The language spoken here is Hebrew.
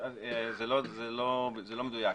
זה לא מדויק.